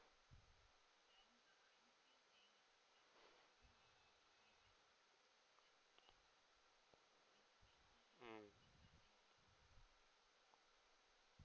mm